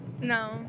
No